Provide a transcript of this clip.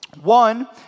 One